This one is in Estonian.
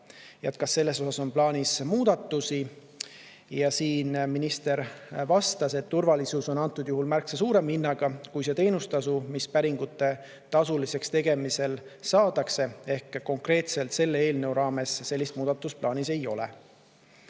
kas selles osas on plaanis muudatusi? Minister vastas, et turvalisus on antud juhul märksa suurema hinnaga kui see teenustasu, mis päringute tasuliseks tegemisel saadakse, ehk konkreetselt selle eelnõu raames sellist muudatust plaanis ei ole.